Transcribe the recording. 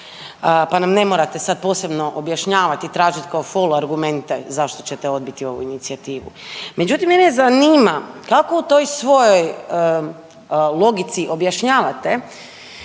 pa nam ne morate sad posebno objašnjavati i tražiti kao fol argumente zašto ćete odbiti ovu inicijativu. Međutim, mene zanima kako u toj svojoj logici objašnjavate